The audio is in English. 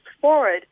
forward